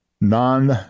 non